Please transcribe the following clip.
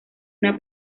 una